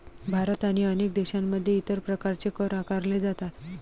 भारत आणि अनेक देशांमध्ये इतर प्रकारचे कर आकारले जातात